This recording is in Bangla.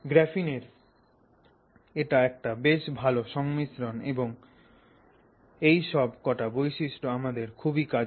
গ্রাফিনের এটা একটা বেশ ভালো সংমিশ্রণ এবং এই সব কটা বৈশিষ্ট্য আমাদের খুবই কাজের